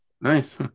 Nice